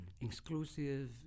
Exclusive